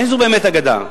אין זו באמת אגדה.